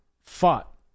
fought